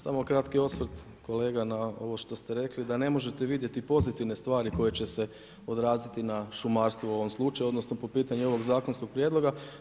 Samo kratki osvrt kolega na ovo što ste rekli, da ne možete vidjeti pozitivne stvari koje će se odraziti na šumarstvo u ovom slučaju odnosno po pitanju ovog zakonskog prijedloga.